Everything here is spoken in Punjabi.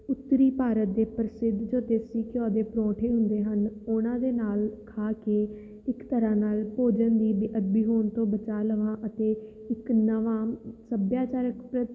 ਉੱਤਰੀ ਭਾਰਤ ਦੇ ਪ੍ਰਸਿੱਧ ਜੋ ਦੇਸੀ ਘਿਓ ਦੇ ਪਰੌਂਠੇ ਹੁੰਦੇ ਹਨ ਉਹਨਾਂ ਦੇ ਨਾਲ ਖਾ ਕੇ ਇੱਕ ਤਰ੍ਹਾਂ ਨਾਲ ਭੋਜਨ ਦੀ ਬੇਅਦਬੀ ਹੋਣ ਬਚਾ ਲਵਾਂ ਅਤੇ ਇੱਕ ਨਵਾਂ ਸੱਭਿਆਚਾਰਕ ਪਰੰ